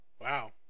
Wow